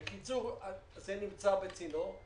בקיצור, זה נמצא בצינור.